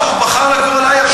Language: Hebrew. חברי הכנסת.